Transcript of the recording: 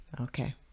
Okay